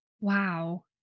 Wow